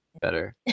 better